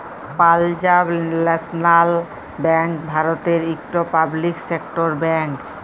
Punjab National Bank ভারতের ইকট public sector bank